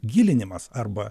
gilinimas arba